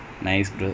you have the app